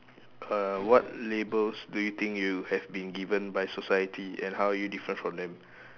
uh what labels do you think you have been given by society and how are you different from them